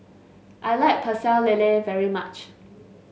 I like Pecel Lele very much